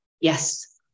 Yes